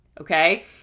okay